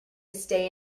stay